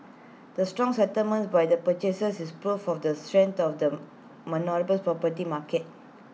the strong settlements by the purchasers is proof of the strength of the Melbourne's property market